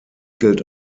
gilt